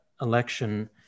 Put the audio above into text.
election